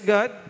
God